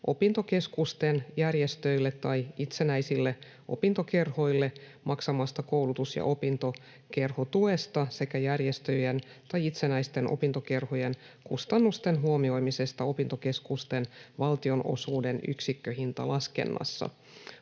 opintokeskusten järjestöille tai itsenäisille opintokerhoille maksamasta koulutus- ja opintokerhotuesta sekä järjestöjen tai itsenäisten opintokerhojen kustannusten huomioimisesta opintokeskusten valtionosuuden yksikköhintalaskennassa.